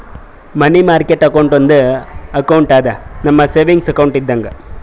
ಮನಿ market account ಒಂದು account ಅದಾ, ನಮ್ ಸೇವಿಂಗ್ಸ್ ಅಕೌಂಟ್ ಇದ್ದಂಗ